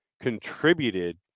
contributed